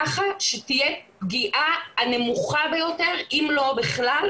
כך שתהיה הפגיעה הנמוכה ביותר אם לא בכלל,